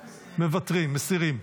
מסירים.